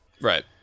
right